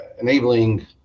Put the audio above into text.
enabling